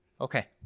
Okay